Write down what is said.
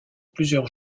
plusieurs